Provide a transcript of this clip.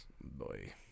Boy